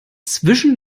zwischen